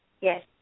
Yes